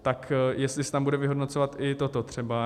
Tak jestli se tam bude vyhodnocovat i toto třeba.